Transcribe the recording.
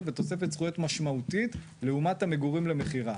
ותוספת זכויות משמעותית לעומת המגורים למכירה.